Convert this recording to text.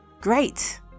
Great